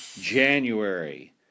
January